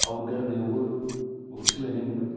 out गारनायावबो बहुथ सोलायनाय नुबाय